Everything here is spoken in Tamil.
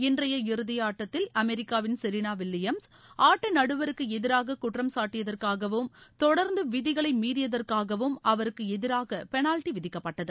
இன்றைய இறுதி ஆட்டத்தில் அமெரிக்காவின் செரினா வில்லியம்ஸ் ஆட்ட நடுவருக்கு எதிராக குற்றம் சாட்டியதற்காகவும் தொடர்ந்து விதிகளை மீறியதற்காகவும் அவருக்கு எதிராக பெனாவ்ட்டி விதிக்கப்பட்டது